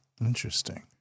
interesting